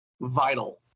vital